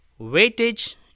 weightage